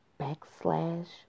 backslash